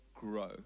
grow